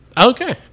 Okay